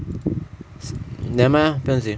nevermind ah 不用紧